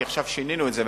כי עכשיו שינינו זה,